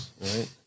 Right